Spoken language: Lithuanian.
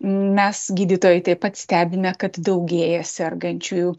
mes gydytojai taip pat stebime kad daugėja sergančiųjų